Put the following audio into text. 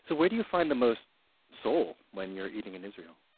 so where do you find the most soul when you're eating in israel?